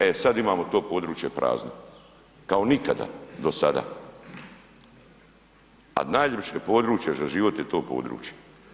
E sada imamo to područje prazno kao nikada do sada, a najljepše područje za život je to područje.